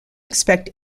expect